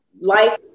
life